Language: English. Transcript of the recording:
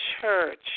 church